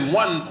one